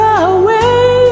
away